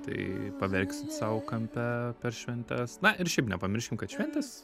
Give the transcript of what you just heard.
tai paverksit sau kampe per šventes na ir šiaip nepamirškim kad šventės